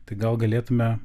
tai gal galėtume